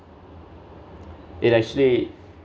it actually